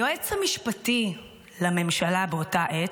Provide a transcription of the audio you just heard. היועץ המשפטי לממשלה באותה עת,